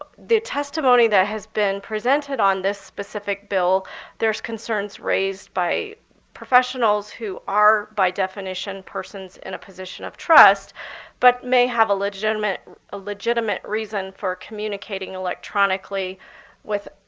ah the testimony that has been presented on this specific bill there's concerns raised by professionals who are, by definition, persons in a position of trust but may have a legitimate a legitimate reason for communicating electronically with,